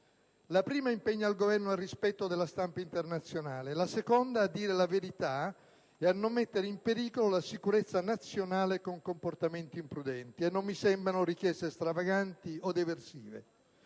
La prima impegna il Governo al rispetto della stampa internazionale. La seconda a dire la verità e a non mettere in pericolo la sicurezza nazionale con comportamenti imprudenti. Non mi sembrano richieste stravaganti o eversive.